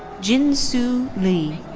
jinsu lee.